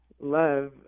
love